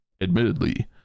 admittedly